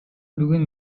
бүгүн